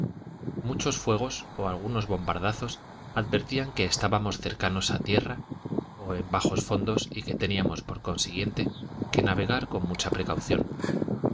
muchos fuegos o algunos bombarda zo advertían que estábamos cercanos a tierra o en bajos fondos y que teníamos por consiguiente que navegar con mucha precaución